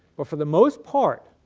but for the most part,